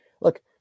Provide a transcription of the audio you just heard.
Look